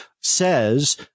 says